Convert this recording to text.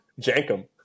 Jankum